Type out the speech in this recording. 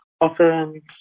often